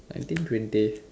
nineteen twenty